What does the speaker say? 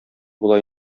була